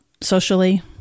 socially